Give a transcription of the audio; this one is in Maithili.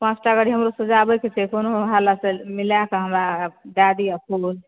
पाँचटा गाड़ी हमरो साजबऽके छै कोनो हालतमे हमरा मिलाके दय दिय फूल